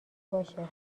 باشه